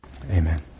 Amen